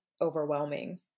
overwhelming